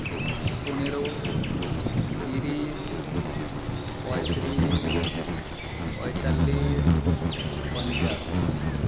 ᱯᱚᱱᱮᱨᱚ ᱛᱤᱨᱤᱥ ᱯᱚᱸᱭᱛᱨᱤᱥ ᱯᱚᱸᱭᱛᱟᱞᱞᱤᱥ ᱯᱚᱧᱪᱟᱥ